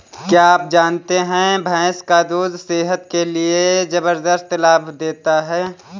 क्या आप जानते है भैंस का दूध सेहत के लिए जबरदस्त लाभ देता है?